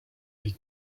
elle